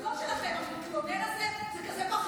הסגנון שלכם, המתלונן הזה, זה כזה בכייני.